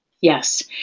Yes